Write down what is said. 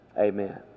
amen